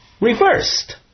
reversed